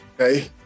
okay